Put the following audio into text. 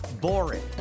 boring